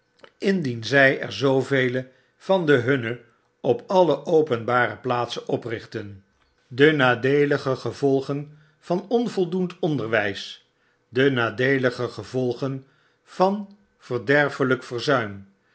indien zy er zoovele van de hunne op alle openbare plaatsen oprichten de nadeelige gevolgen van onvoldoend onderwys de nadeelige gevolgen van verderfelyk verzuim